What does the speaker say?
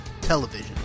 television